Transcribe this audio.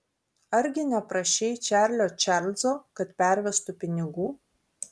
argi neprašei čarlio čarlzo kad pervestų pinigų